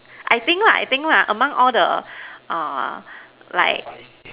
I think lah I think lah among all the like